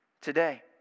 today